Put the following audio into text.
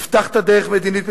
הבטחת דרך מדינית מסוימת,